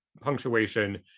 punctuation